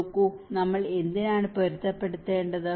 നോക്കൂ നമ്മൾ എന്തിനാണ് പൊരുത്തപ്പെടേണ്ടത്